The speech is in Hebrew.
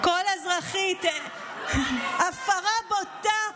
כל אזרחית, הפרה בוטה,